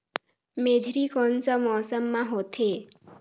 मेझरी कोन सा मौसम मां होथे?